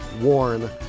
warn